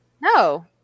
No